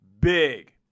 big